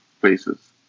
places